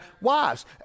wives